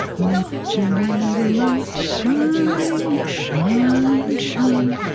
let your little light shine, shine, shine.